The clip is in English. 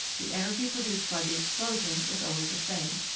the energy produced by the explosion is always the same.